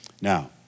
Now